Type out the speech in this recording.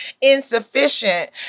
insufficient